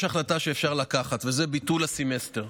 יש החלטה שאפשר לקחת, וזה ביטול הסמסטר.